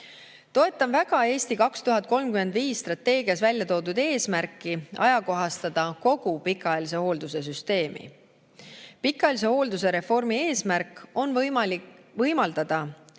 Toetan väga strateegias "Eesti 2035" välja toodud eesmärki ajakohastada kogu pikaajalise hoolduse süsteemi. Pikaajalise hoolduse reformi eesmärk on võimaldada